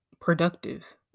productive